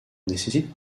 nécessite